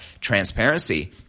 transparency